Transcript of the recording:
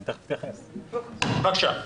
בבקשה.